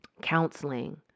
counseling